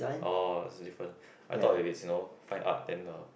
orh it's different I thought if it's you know fine art then uh